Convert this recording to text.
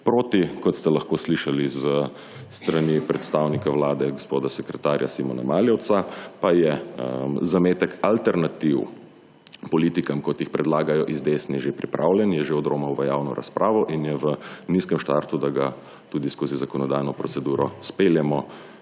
proti kot ste lahko slišali s strani predstavnika vlade, gospoda sekretarja Simona Maljevca, pa je zametek alternativ politikam, kot jih predlagajo iz desne že pripravljen, je že odromal v javno razpravo in je v nizkem štartu, da ga tudi skozi zakonodajno proceduro izpeljemo